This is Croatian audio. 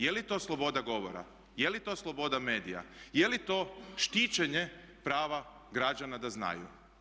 Je li to sloboda govora, je li to sloboda medija, je li to štićenje prava građana da znaju?